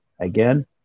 again